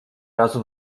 razu